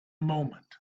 moment